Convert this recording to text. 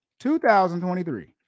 2023